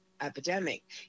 epidemic